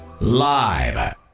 live